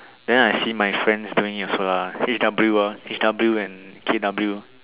then I see my friends doing it also ah H_W whoa H_W and K_W